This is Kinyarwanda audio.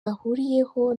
ahuriyeho